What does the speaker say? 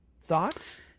thoughts